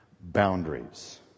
boundaries